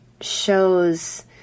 shows